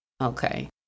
Okay